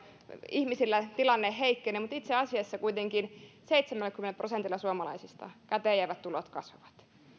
ihmisillä tilanne heikkenee itse asiassa kuitenkin seitsemälläkymmenellä prosentilla suomalaisista käteen jäävät tulot kasvavat